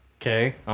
Okay